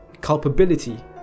culpability